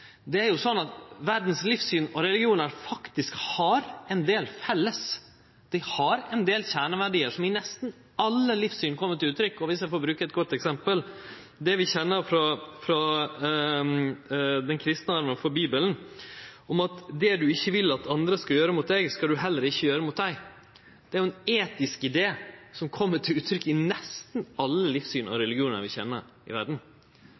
er ein del kjerneverdiar som kjem til uttrykk i nesten alle livssyn. Eg vil bruke eit godt eksempel, det vi kjenner frå den kristne arven – frå Bibelen – om at det ein vil at andre skal gjere mot seg, skal ein også gjere mot andre. Dette er ein etisk idé som kjem til uttrykk i nesten alle livssyn og religionar vi kjenner i verda.